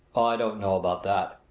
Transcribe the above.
i don't know about that,